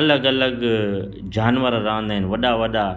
अलॻि अलॻि जानवर रहंदा आहिनि वॾा वॾा